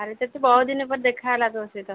ଆରେ ସେ ତ ବହୁତ ଦିନ ପରେ ଦେଖା ହେଲା ତୋ ସହିତ